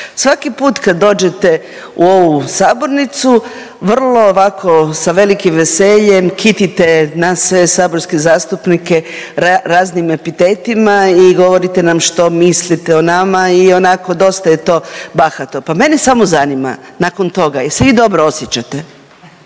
svaki put kad dođete u ovu sabornicu vrlo ovako sa velikim veseljem kitite nas sve saborske zastupnike raznim epitetima i govorite nam što mislite o nama i onako dosta je to bahato, pa mene samo zanima nakon toga jel se vi dobro osjećate?